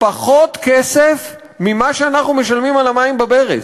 פחות כסף ממה שאנחנו משלמים על המים בברז.